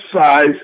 size